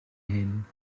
heen